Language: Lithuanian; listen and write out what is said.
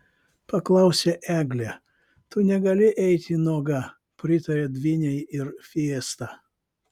paklausė eglė tu negali eiti nuoga pritarė dvynei ir fiesta